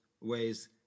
ways